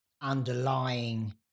underlying